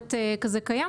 באמת קיים,